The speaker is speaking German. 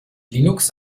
linux